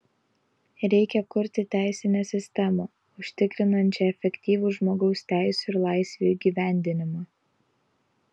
reikia kurti teisinę sistemą užtikrinančią efektyvų žmogaus teisių ir laisvių įgyvendinimą